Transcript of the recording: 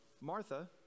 Martha